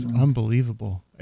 Unbelievable